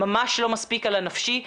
ממש לא מספיק על הנפשי.